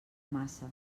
massa